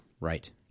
Right